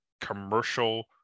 commercial